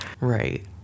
Right